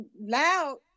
loud